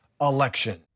election